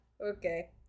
Okay